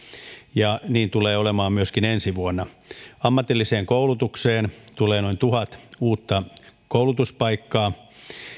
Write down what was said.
ja niin tulee olemaan myöskin ensi vuonna ammatilliseen koulutukseen tulee noin tuhat uutta koulutuspaikkaa